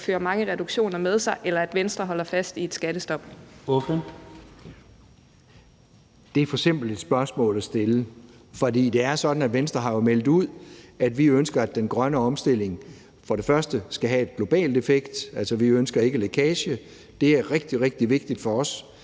Det er for simpelt et spørgsmål at stille, for det er jo sådan, at Venstre har meldt ud, at vi ønsker, at den grønne omstilling skal have en global effekt; vi ønsker ikke lækage – det er rigtig, rigtig vigtigt for os.